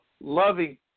loving